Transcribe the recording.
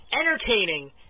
entertaining